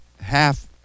half